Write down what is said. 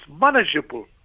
manageable